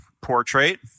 portrait